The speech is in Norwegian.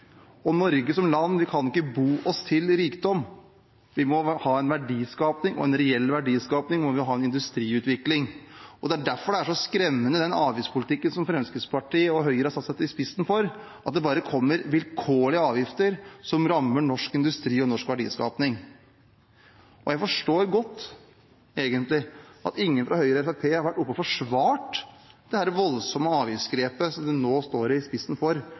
i Norge kan ikke bo oss til rikdom, vi må ha en verdiskaping, og i en reell verdiskaping må vi ha en industriutvikling. Det er derfor den er så skremmende, den avgiftspolitikken som Fremskrittspartiet og Høyre har stått i spissen for, at det bare kommer vilkårlige avgifter som rammer norsk industri og norsk verdiskaping. Jeg forstår egentlig godt at ingen fra Høyre eller Fremskrittspartiet har vært oppe og forsvart dette voldsomme avgiftsgrepet som de nå står i spissen for,